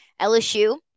LSU